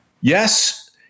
Yes